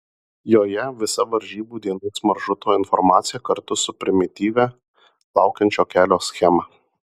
joje visa varžybų dienos maršruto informacija kartu su primityvia laukiančio kelio schema